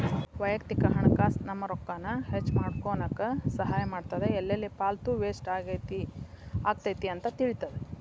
ವಯಕ್ತಿಕ ಹಣಕಾಸ್ ನಮ್ಮ ರೊಕ್ಕಾನ ಹೆಚ್ಮಾಡ್ಕೊನಕ ಸಹಾಯ ಮಾಡ್ತದ ಎಲ್ಲೆಲ್ಲಿ ಪಾಲ್ತು ವೇಸ್ಟ್ ಆಗತೈತಿ ಅಂತ ತಿಳಿತದ